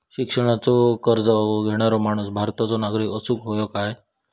शिक्षणाचो कर्ज घेणारो माणूस भारताचो नागरिक असूक हवो काय?